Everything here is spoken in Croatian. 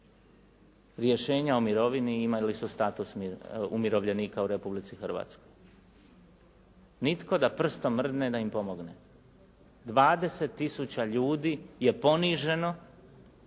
rješenja o mirovini i imali su status umirovljenika u Republici Hrvatskoj. Nitko da prstom mrdne da im pomogne. 20000 ljudi je poniženo